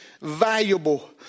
valuable